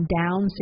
down